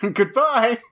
Goodbye